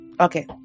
okay